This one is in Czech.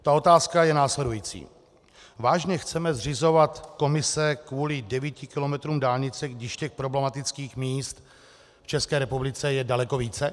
Ta otázka je následující: Vážně chceme zřizovat komise kvůli devíti kilometrům dálnice, když těch problematických míst v České republice je daleko více?